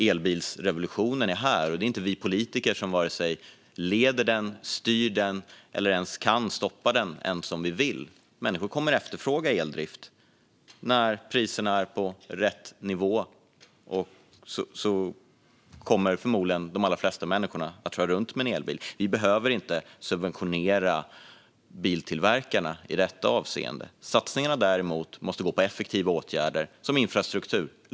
Elbilsrevolutionen är här, och det är inte vi politiker som vare sig leder den, styr den eller kan stoppa den, ens om vi vill. Människor kommer att efterfråga eldrift. När priserna är på rätt nivå kommer förmodligen de flesta människor att köra runt i en elbil. Vi behöver inte subventionera biltillverkarna i detta avseende. Satsningar måste däremot göras på effektiva åtgärder, som infrastruktur.